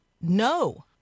no